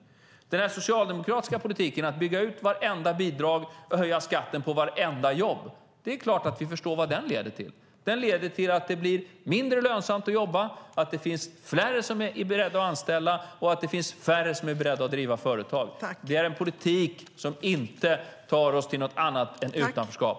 Det är klart att vi förstår vad den socialdemokratiska politiken, att bygga ut vartenda bidrag och höja skatten på vartenda jobb, leder till. Den leder till att det blir mindre lönsamt att jobba, att det finns färre som är beredda att anställa och att det finns färre som är beredda att driva företag. Det är en politik som inte tar människor till något annat än utanförskap.